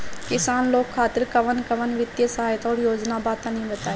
किसान लोग खातिर कवन कवन वित्तीय सहायता और योजना बा तनि बताई?